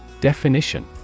Definition